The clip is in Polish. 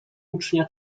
ucznia